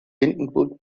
hindenburg